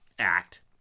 act